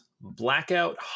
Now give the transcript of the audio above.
Blackout